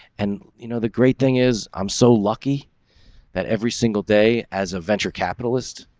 and, you know, the great thing is, i'm so lucky that every single day as a venture capitalist,